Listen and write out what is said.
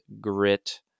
grit